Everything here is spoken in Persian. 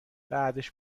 بعدش